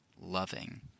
loving